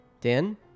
Dan